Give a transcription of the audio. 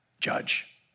judge